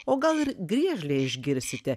o gal ir griežlę išgirsite